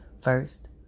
First